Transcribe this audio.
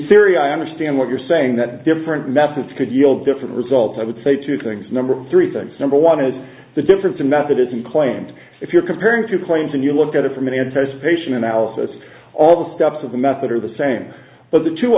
syria i understand what you're saying that different methods could yield different results i would say two things number three things number one is the difference in method isn't claimed if you're comparing two planes and you look at it from an anticipation analysis all the steps of the method are the same but the two